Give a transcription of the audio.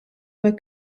were